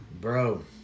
Bro